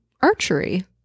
archery